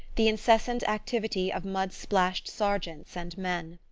the incessant activity of mud-splashed sergeants and men.